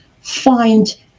Find